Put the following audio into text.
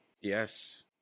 Yes